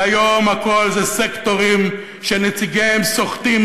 כיום הכול זה סקטורים שנציגיהם סוחטים